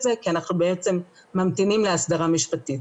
זה כי אנחנו ממתינים להסדרה משפטית.